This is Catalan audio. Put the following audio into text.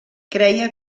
creia